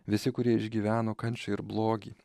visi kurie išgyveno kančią ir blogį